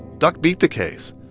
duck beat the case.